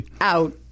out